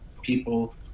people